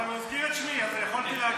אבל הוא הזכיר את שמי, אז יכולתי להגיב.